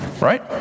Right